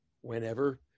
whenever